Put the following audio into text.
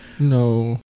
No